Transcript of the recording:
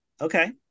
Okay